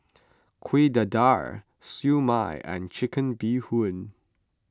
Kuih Dadar Siew Mai and Chicken Bee Hoon